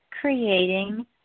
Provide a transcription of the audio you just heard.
creating